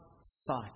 sight